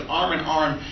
arm-in-arm